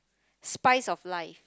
spice of life